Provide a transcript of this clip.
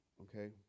okay